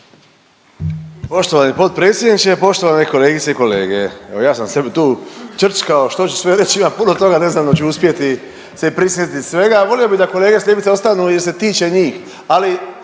Poštovani potpredsjedniče, poštovane kolegice i kolege. Evo ja sam sebi tu črčkao što ću sve reći ima puno toga ne znam hoću uspjeti se prisjetit svega. Volio bi da kolege s ljevice ostanu jer se tiče njih, ali